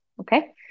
Okay